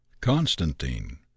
constantine